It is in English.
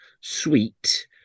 sweet